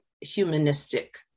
humanistic